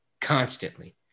constantly